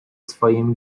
swoim